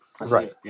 Right